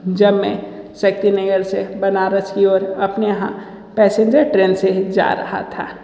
जब मैं शक्तिनगर से बनारस की ओर अपने यहाँ पैसेंजर ट्रेन से जा रहा था